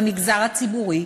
במגזר הציבורי,